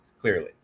clearly